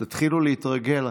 תתחילו להתרגל,